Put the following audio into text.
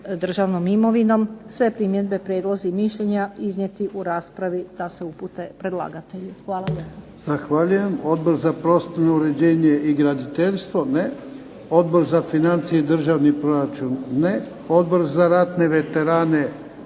državnom imovinom. Sve primjedbe, prijedlozi i mišljenja iznijeti u raspravi da se upute predlagatelju.